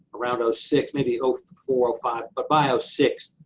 around six, maybe four five, but by ah six,